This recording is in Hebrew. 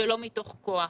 ולא מתוך כוח.